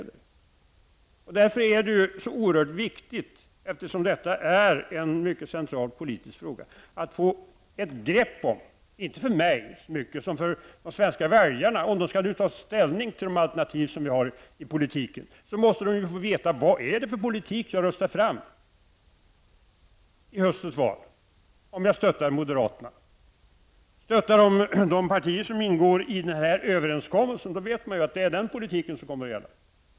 Därför är det så oerhört viktigt, eftersom detta är en mycket central politisk fråga att få ett begrepp om -- inte för mig så mycket som för de svenska väljarna, som skall ta ställning till de alternativ vi har i politiken -- de måste ju få veta vilken politik de röstar fram i höstens val om de stöttar moderaterna. Den som röstar på de partier som ingår i den här överenskommelsen vet att det är denna politik som kommer att gälla.